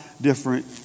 different